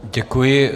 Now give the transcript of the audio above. Děkuji.